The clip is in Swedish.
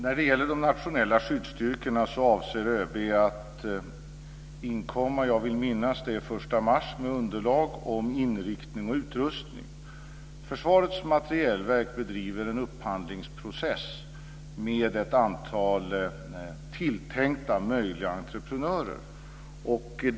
Fru talman! ÖB avser att den 1 mars inkomma med underlag om inriktning och utrustning för de nationella skyddsstyrkorna. Försvarets materielverk bedriver en upphandlingsprocess med ett antal tilltänkta möjliga entreprenörer.